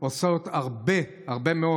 עושות הרבה מאוד,